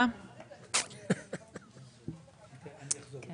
שלו וחברי הכנסת שלו הפכו להיות בני ערובה